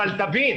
אבל תבין,